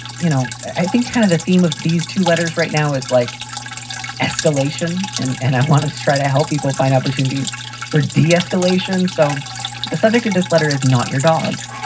you know, i think kind of the theme of these two letters right now is like escalation. and and i want to try to help people find opportunities for de-escalation. so the subject of this letter is not your dog,